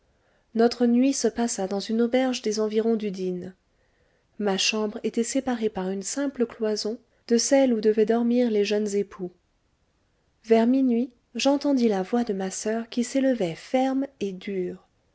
notre nuit se passa dans une auberge des environs d'udine ma chambre était séparée par une simple cloison de celle où devaient dormir les jeunes époux vers minuit j'entendis la voix de ma soeur qui s'élevait ferme et dure